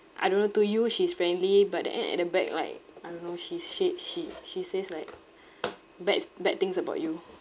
I don't know to you she's friendly but the end at the back like I don't know she s~ shed she she says like bads bad things about you